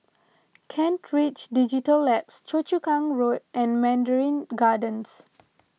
Kent Ridge Digital Labs Choa Chu Kang Road and Mandarin Gardens